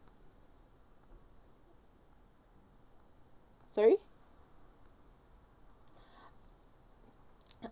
sorry